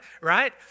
right